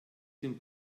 dem